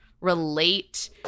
relate